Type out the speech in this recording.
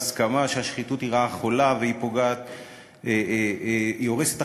הסכמה שהשחיתות היא רעה חולה והיא הורסת את